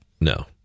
No